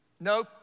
no